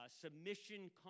submission